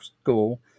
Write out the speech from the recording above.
school